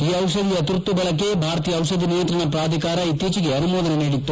ಈ ದಿಷಧಿಯ ತುರ್ತು ಬಳಕೆಗೆ ಭಾರತೀಯ ದಿಷಧಿ ನಿಯಂತ್ರಣ ಪ್ರಾಧಿಕಾರ ಇತ್ತೀಚೆಗೆ ಅನುಮೋದನೆ ನೀಡಿತ್ತು